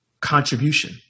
contribution